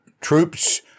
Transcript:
troops